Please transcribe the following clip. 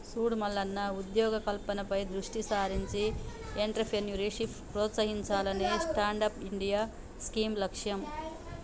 సూడు మల్లన్న ఉద్యోగ కల్పనపై దృష్టి సారించి ఎంట్రప్రేన్యూర్షిప్ ప్రోత్సహించాలనే స్టాండప్ ఇండియా స్కీం లక్ష్యం